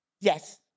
Yes